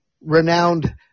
renowned